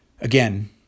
Again